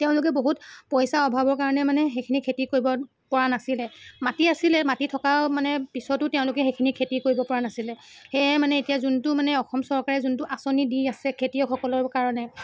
তেওঁলোকে বহুত পইচা অভাৱৰ কাৰণে মানে সেইখিনি খেতি কৰিব পৰা নাছিলে মাটি আছিলে মাটি থকাও মানে পিছতো তেওঁলোকে সেইখিনি খেতি কৰিব পৰা নাছিলে সেয়ে মানে এতিয়া যোনটো মানে অসম চৰকাৰে যোনটো আঁচনি দি আছে খেতিয়কসকলৰ কাৰণে